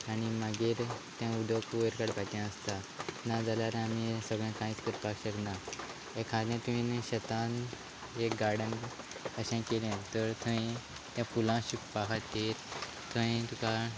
आनी मागीर तें उदक वयर काडपाचें आसता नाजाल्यार आमी सगळें कांयच करपाक शकना एकादें तुवेंन शेतान एक गार्डन अशें केलें तर थंय त्या फुलां शिंपपा खातीर थंय तुका